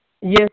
Yes